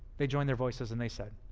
they joined their voices and they said